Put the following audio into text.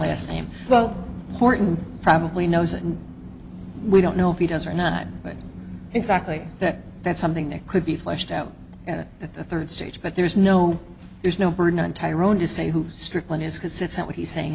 last name well horton probably knows and we don't know if he does or not but exactly that that's something that could be fleshed out at the third stage but there's no there's no burden on tyrone to say who strickland is because it's not what he's saying